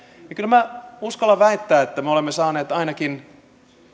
kyllä minä uskallan väittää että me olemme saaneet ainakin